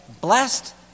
blessed